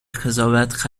قضاوت